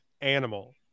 animal